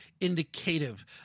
indicative